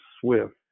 swift